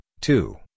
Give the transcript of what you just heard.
two